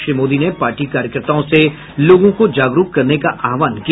श्री मोदी ने पार्टी कार्यकर्ताओं से लोगों को जागरूक करने का आह्वान किया